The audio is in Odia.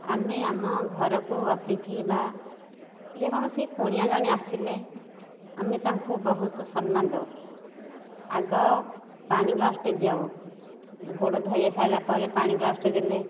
ଆମେ ଆମ ଘରକୁ ଅତିଥି ବା ଯେ କୌଣସି କୁଣିଆ ଜଣେ ଆସିଲେ ଆମେ ତାଙ୍କୁ ବହୁତ ସମ୍ମାନ ଦେଉ ଆଗ ପାଣି ଗ୍ଲାସ୍ଟେ ଦେଉ ଗୋଡ଼ ଧୋଇ ସାରିଲା ପରେ ପାଣି ଗ୍ଲାସ୍ଟେ ଦେଲେ